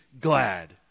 glad